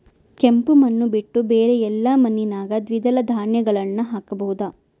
ಕೆಂಪು ಮಣ್ಣು ಬಿಟ್ಟು ಬೇರೆ ಎಲ್ಲಾ ಮಣ್ಣಿನಾಗ ದ್ವಿದಳ ಧಾನ್ಯಗಳನ್ನ ಹಾಕಬಹುದಾ?